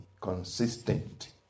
consistent